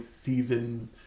season